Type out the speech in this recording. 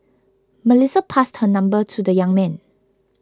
Melissa passed her number to the young man